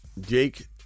Jake